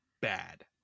bad